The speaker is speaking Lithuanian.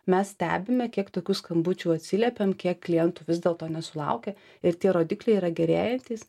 mes stebime kiek tokių skambučių atsiliepiam kiek klientų vis dėlto nesulaukia ir tie rodikliai yra gerėjantys